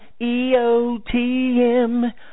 EOTM